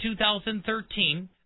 2013